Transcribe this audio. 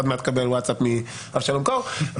עוד מעט תקבל ווטסאפ מאבשלום קור.